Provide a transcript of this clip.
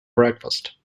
breakfast